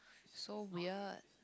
so weird